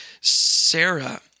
Sarah